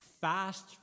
fast